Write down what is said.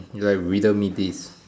you like riddle me this